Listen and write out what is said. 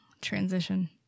transition